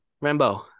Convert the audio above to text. Rambo